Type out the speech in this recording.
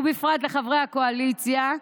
ובפרט לחברי הקואליציה,